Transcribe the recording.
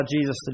Jesus